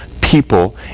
people